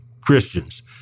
Christians